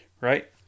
right